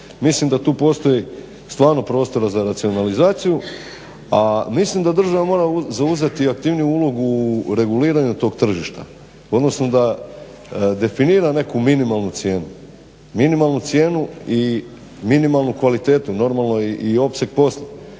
Mislim da tu postoji stvarno prostora za racionalizaciju a mislim da država mora zauzeti aktivniju ulogu u reguliranju tog tržišta, odnosno da definira neku minimalnu cijenu, minimalnu cijenu i minimalnu kvalitetu i normalno i opseg posla,